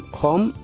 home